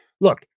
look